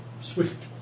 swift